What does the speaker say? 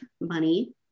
money